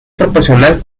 proporcional